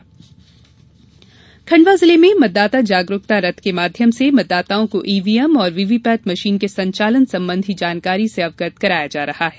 मतदाता जगरूकता खंडवा जिले में मतदाता जागरूकता रथ के माध्यम से मतदाताओं को ईवीएम और वीवीपेट मशीन के संचालन संबंधी जानकारी से अवगत कराया जा रहा हैं